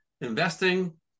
investing